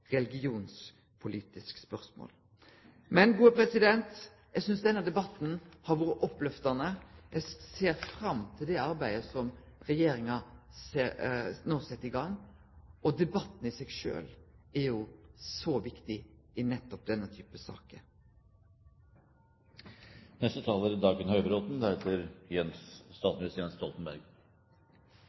eg synest denne debatten har vore opplyftande. Eg ser fram til det arbeidet som regjeringa no set i gang, og debatten i seg sjølv er jo så viktig i nettopp denne